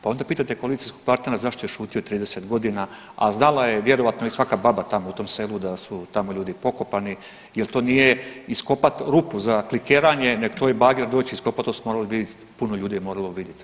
Pa onda pitajte koalicijskog partnera zašto je šutio 30 godina, a znala je vjerojatno i svaka baba tamo u tom selu da su tamo ljudi pokopani jel' to nije iskopati rupu za klikeranje, nego to je bager doći i iskopati to su morali vidjeti, puno ljudi je moralo vidjeti.